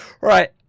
Right